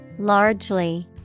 Largely